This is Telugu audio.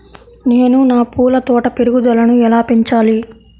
నేను నా పూల తోట పెరుగుదలను ఎలా పెంచాలి?